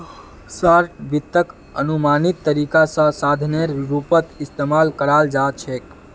short वित्तक अनुमानित तरीका स साधनेर रूपत इस्तमाल कराल जा छेक